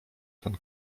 ten